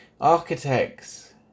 Architects